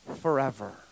forever